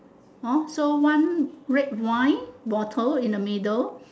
orh so one red wine bottle in the middle